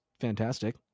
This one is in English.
fantastic